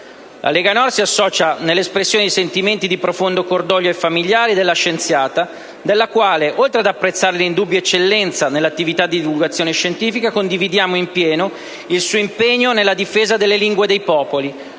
La Lega Nord si associa nell'espressione di sentimenti di profondo cordoglio ai familiari della scienziata, della quale, oltre ad apprezzare l'indubbia eccellenza nell'attività di divulgazione scientifica, condivide in pieno il suo impegno nella difesa delle lingue dei popoli,